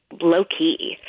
low-key